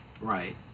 Right